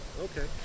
Okay